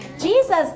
Jesus